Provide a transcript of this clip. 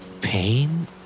Pain